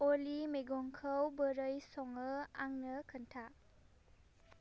अली मैगंखौ बोरै सङो आंनो खोन्था